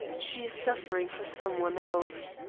she is suffering for some one else.